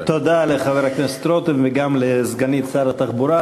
תודה לחבר הכנסת רותם וגם לסגנית שר התחבורה,